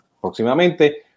próximamente